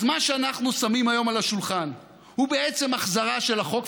אז מה שאנחנו שמים היום על השולחן הוא בעצם החזרה של החוק,